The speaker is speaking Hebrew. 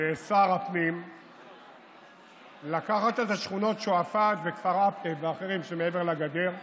לשר הפנים לקחת את השכונות שועפאט וכפר עקב ואחרות שמעבר לגדר,